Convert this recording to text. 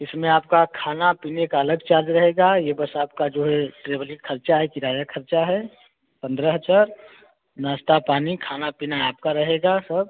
इसमें आपका खाने पीने का अलग चार्ज रहेगा यह बस आपका जो है ट्रैव्हलिंग ख़र्चा है किराया ख़र्चा है पंद्रह हज़ार नाश्ता पानी खाना पीना आपका रहेगा सब